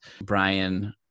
Brian